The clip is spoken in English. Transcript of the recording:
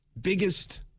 biggest